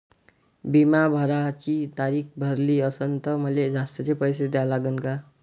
बिमा भराची तारीख भरली असनं त मले जास्तचे पैसे द्या लागन का?